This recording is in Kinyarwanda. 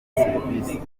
serivisi